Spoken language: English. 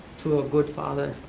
to a good father,